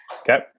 Okay